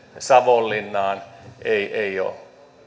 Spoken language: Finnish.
savonlinnaan ei ei ole